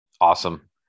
Awesome